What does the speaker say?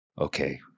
okay